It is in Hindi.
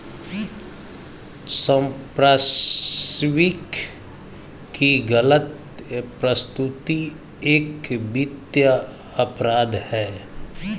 संपार्श्विक की गलत प्रस्तुति एक वित्तीय अपराध है